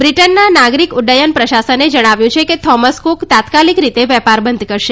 બ્રિટનનાં નાગરિક ઉડ્ડયન પ્રશાસને જણાવ્યું છે કે થોમસ કુક તાત્કાલિક રીતે વેપાર બંધ કરશે